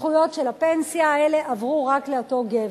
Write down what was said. הזכויות של הפנסיה האלה עברו רק לאותו גבר.